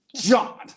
john